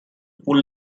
pull